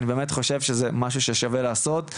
אני באמת חושב שזה משהו ששווה לעשות,